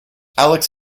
alex